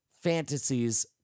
fantasies